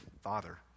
father